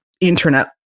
internet